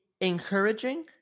encouraging